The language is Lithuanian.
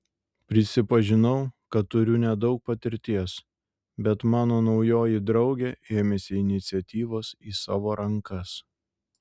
prisipažinau kad turiu nedaug patirties bet mano naujoji draugė ėmėsi iniciatyvos į savo rankas